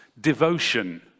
devotion